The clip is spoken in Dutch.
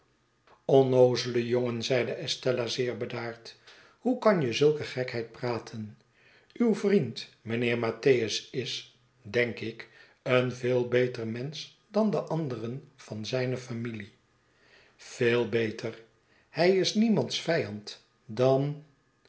onnoozele jongen zeide estella zeer bedaard hoe kan je zulke gekheid praten uw vriend mynheer mattheiis is denk ik een veel beter mensch dan de anderen van zijne famine veel beter hij is niemands vijand dan